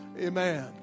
Amen